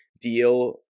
deal